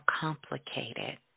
complicated